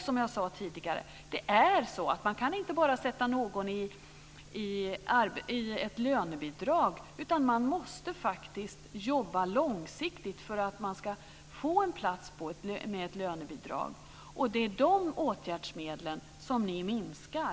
Som jag tidigare sagt: Man kan inte bara sätta någon i lönebidrag, utan det är faktiskt nödvändigt att jobba långsiktigt för att det ska bli en plats med lönebidrag. Det är beträffande de åtgärdsmedlen som ni minskar.